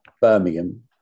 Birmingham